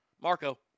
Marco